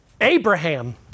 Abraham